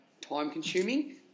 time-consuming